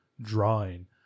drawing